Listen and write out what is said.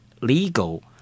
legal